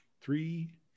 three